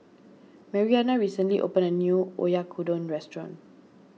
Marianna recently opened a new Oyakodon restaurant